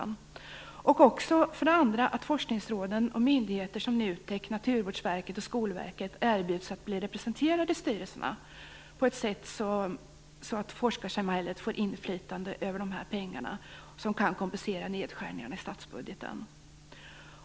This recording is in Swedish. Det är också bra att forskningsråden och myndigheter som NUTEK, Naturvårdsverket och Skolverket erbjuds att bli representerade i styrelserna så att forskarsamhället får inflytande över pengarna, vilket kan kompensera nedskärningarna i statsbudgeten.